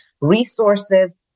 resources